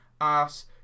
ass